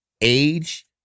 Age